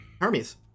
Hermes